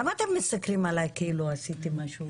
למה אתם מסתכלים עלי כאילו עשיתי משהו רע?